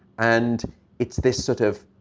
and it's this sort of.